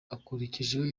akurikijeho